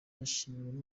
yashimiwe